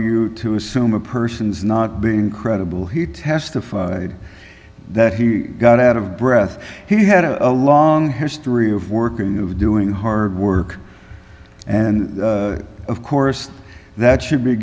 you to assume a person's not being credible he testified that he got out of breath he had a long history of working of doing hard work and of course that should be